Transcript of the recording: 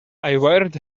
wired